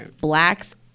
blacks